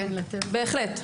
בהחלט.